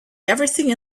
everything